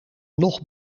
nog